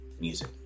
music